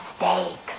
mistakes